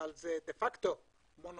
אבל זה דה פקטו מונופול,